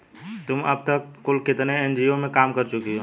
तुम अब तक कुल कितने एन.जी.ओ में काम कर चुकी हो?